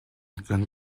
kan